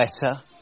better